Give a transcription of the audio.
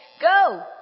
go